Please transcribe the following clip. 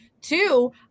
Two